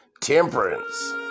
temperance